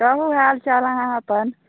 कहू हाल चाल अहाँ अपन